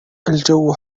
الجو